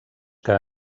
que